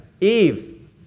Eve